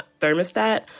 Thermostat